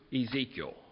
Ezekiel